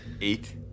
Eight